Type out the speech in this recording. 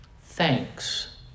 thanks